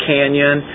Canyon